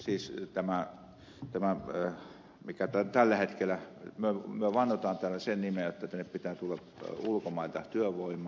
siis tällä hetkellä me vannotaan täällä sen nimeen jotta tänne pitää tulla ulkomailta työvoimaa